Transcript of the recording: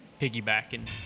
piggybacking